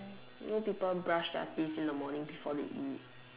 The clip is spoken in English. you know people brush their teeth in the morning before they eat